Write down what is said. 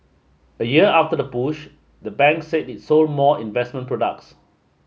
a year after the push the bank said it sold more investment products